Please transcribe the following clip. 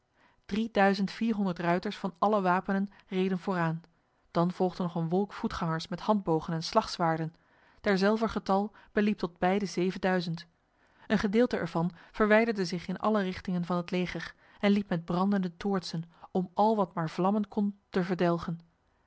vierhonderd ruiters van alle wapenen reden vooraan dan volgde nog een wolk voetgangers met handbogen en slagzwaarden derzelver getal beliep tot bij de zevenduizend een gedeelte ervan verwijderde zich in alle richtingen van het leger en liep met brandende toortsen om al wat maar vlammen kon te verdelgen